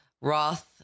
Roth